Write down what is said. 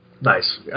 Nice